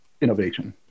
innovation